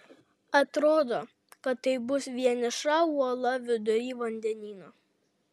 atrodo kad tai bus vieniša uola vidury vandenyno